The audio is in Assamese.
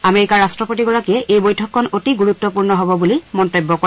আমেৰিকাৰ ৰট্টপতিগৰাকীয়ে এই বৈঠকখন অতি গুৰুত্তপূৰ্ণ হব বুলি মন্তব্য কৰে